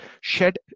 shed